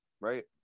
right